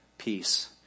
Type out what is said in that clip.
peace